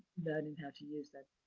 learning how to use them.